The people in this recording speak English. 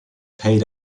paid